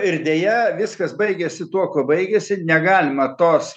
ir deja viskas baigėsi tuo kuo baigėsi negalima tos